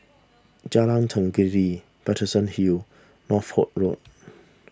Jalan Tenggiri Paterson Hill and Northolt Road